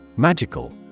Magical